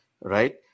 right